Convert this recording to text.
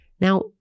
Now